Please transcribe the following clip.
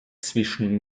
zwischen